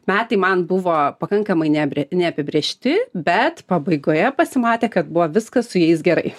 metai man buvo pakankamai neabrė neapibrėžti bet pabaigoje pasimatė kad buvo viskas su jais gerai